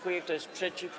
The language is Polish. Kto jest przeciw?